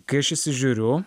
kai aš įsižiūriu